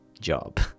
job